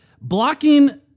blocking